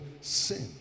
Sin